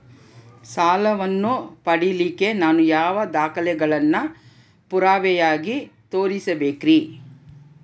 ಸಾಲವನ್ನು ಪಡಿಲಿಕ್ಕೆ ನಾನು ಯಾವ ದಾಖಲೆಗಳನ್ನು ಪುರಾವೆಯಾಗಿ ತೋರಿಸಬೇಕ್ರಿ?